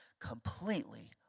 completely